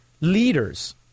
leaders